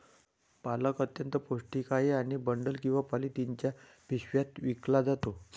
पालक अत्यंत पौष्टिक आहे आणि बंडल किंवा पॉलिथिनच्या पिशव्यात विकला जातो